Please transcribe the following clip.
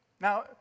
Now